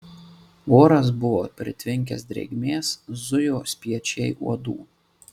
oras buvo pritvinkęs drėgmės zujo spiečiai uodų